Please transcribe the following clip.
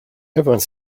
everyone